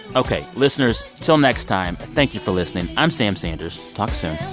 ok, listeners, until next time, thank you for listening. i'm sam sanders. talk soon